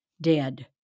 dead